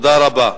תודה רבה.